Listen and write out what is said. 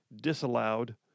disallowed